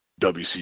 WC